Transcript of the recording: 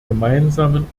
gemeinsamen